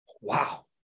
Wow